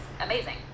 amazing